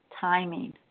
timing